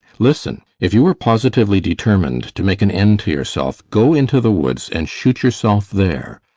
listen! if you are positively determined to make an end to yourself, go into the woods and shoot yourself there.